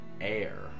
air